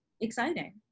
exciting